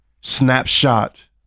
snapshot